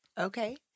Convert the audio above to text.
Okay